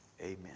Amen